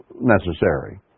necessary